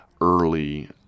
early